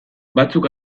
batzuk